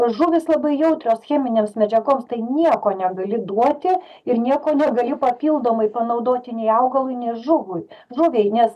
žuvys labai jautrios cheminėms medžiagoms tai nieko negali duoti ir nieko negali papildomai panaudoti nei augalui nei žuvui žuviai nes